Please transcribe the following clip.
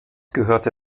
gehörte